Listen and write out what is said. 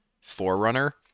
forerunner